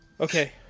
Okay